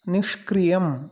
निष्क्रियम्